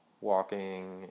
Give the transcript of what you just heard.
walking